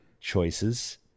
choices